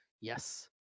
yes